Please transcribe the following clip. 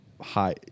High